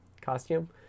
costume